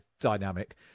dynamic